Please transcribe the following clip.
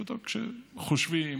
כשחושבים